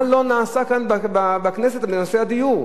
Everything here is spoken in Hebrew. מה לא נעשה כאן בכנסת בנושא הדיור,